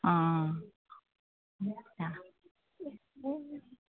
অঁ